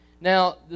Now